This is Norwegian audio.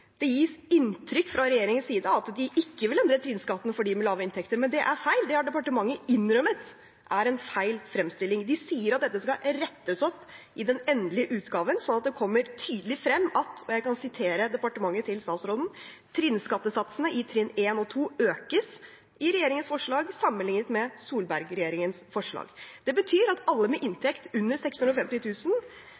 Det gis fra regjeringens side inntrykk av at de ikke vil endre trinnskatten for dem med lave inntekter, men det er feil. Det har departementet innrømmet er en feil fremstilling. De sier at dette skal rettes opp i den endelige utgaven – og jeg kan si hva departementet til statsråden skriver – sånn at det kommer tydelig frem at trinnskattesatsene i trinn 1 og 2 økes i regjeringens forslag sammenlignet med Solberg-regjeringens forslag. Det betyr at alle